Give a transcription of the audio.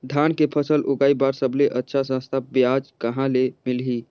धान के फसल उगाई बार सबले अच्छा सस्ता ब्याज कहा ले मिलही?